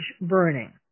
burning